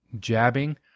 jabbing